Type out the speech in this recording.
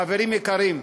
חברים יקרים,